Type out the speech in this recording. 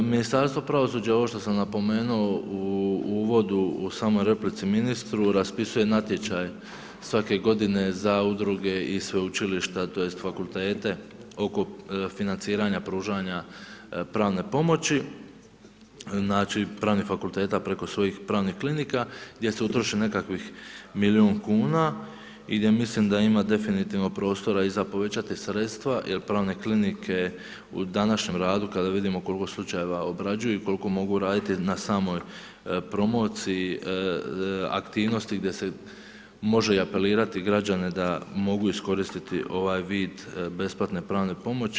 Ministarstvo pravosuđa je ovo što sam napomenuo u uvodu u samoj replici ministru, raspisuje natječaj svake godine za udruge i sveučilišta tj. fakultete oko financiranja pružanja pravne pomoći, znači pravnih fakulteta preko svojih pravnih klinika gdje se utroši nekakvih milijun kuna i gdje mislim da ima definitivno prostora i za povećati sredstva jer pravne klinike u današnjem radu kada vidimo koliko slučajeva obrađuju i koliko mogu raditi na samoj promociji aktivnosti gdje se može i apelirati na građane da mogu iskoristiti ovaj vid besplatne pravne pomoći.